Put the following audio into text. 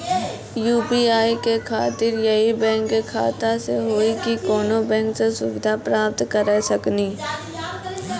UPI के खातिर यही बैंक के खाता से हुई की कोनो बैंक से सुविधा प्राप्त करऽ सकनी?